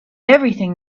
everything